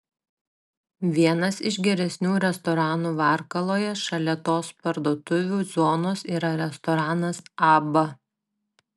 vienas iš geresnių restoranų varkaloje šalia tos parduotuvių zonos yra restoranas abba